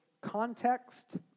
context